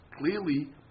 clearly